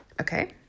okay